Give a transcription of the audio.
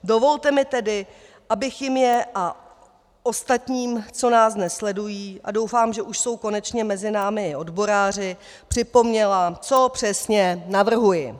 Dovolte mi tedy, abych jim a ostatním, co nás dnes sledují, a doufám, že už jsou konečně mezi námi i odboráři, připomněla, co přesně navrhuji.